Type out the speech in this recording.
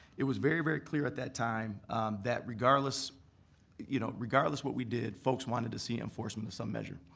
it was very, very clear at that time that regardless you know regardless what we did, folks wanted to see enforcement of some measure.